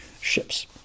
ships